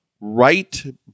right